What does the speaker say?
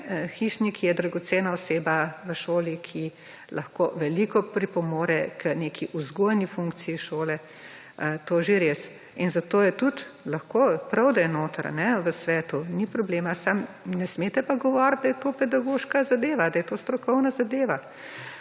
hišnik je dragocena oseba v šoli, ki lahko veliko pripomore k neki vzgojni funkciji šole, to že res. In zato je tudi lahko, prav, da je noter v svetu, ni problema, samo ne smete pa govoriti, da je to pedagoška zadeva, da je to strokovna zadeva.